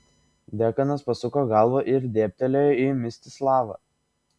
dekanas pasuko galvą ir dėbtelėjo į mstislavą